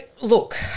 look